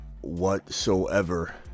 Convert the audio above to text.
whatsoever